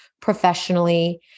professionally